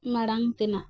ᱢᱟᱲᱟᱝ ᱛᱮᱱᱟᱜ